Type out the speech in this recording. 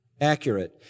accurate